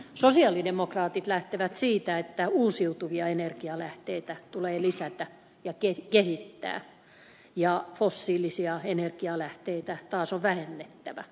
sosialidemokraatit lähtevät siitä että uusiutuvia energialähteitä tulee lisätä ja kehittää ja fossiilisia energialähteitä taas on vähennettävä